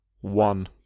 One